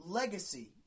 legacy